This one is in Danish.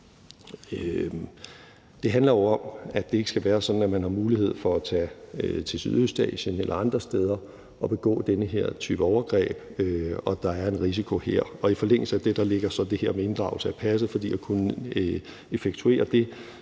Det handler jo om, at det ikke skal være sådan, at man har mulighed for at tage til Sydøstasien eller andre steder for at begå den her type overgreb, og der er en risiko her. I forlængelse af det ligger så det her med inddragelse af passet, fordi man for at kunne effektuere det